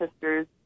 sisters